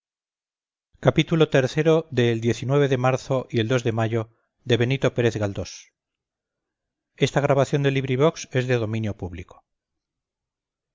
xxvi xxvii xxviii xxix xxx el de marzo y el de mayo de benito pérez